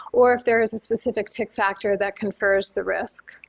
or if there is a specific tick factor that confers the risk.